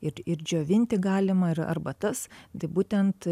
ir ir džiovinti galima ir arbatas tai būtent